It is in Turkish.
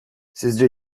sizce